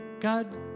God